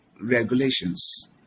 regulations